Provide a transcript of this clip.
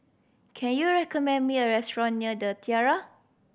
can you recommend me a restaurant near The Tiara